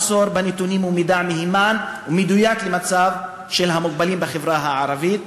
קיים מחסור בנתונים ובמידע מהימן ומדויק על מצב המוגבלים בחברה הערבית,